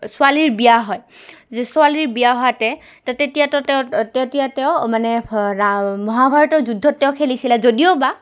ছোৱালীৰ বিয়া হয় যে ছোৱালীৰ বিয়া হওতে তো তেতিয়াতো তেওঁ তেতিয়া তেওঁ মানে মহাভাৰতৰ যুদ্ধত তেওঁ খেলিছিলে যদিও বা